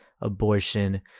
abortion